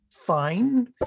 fine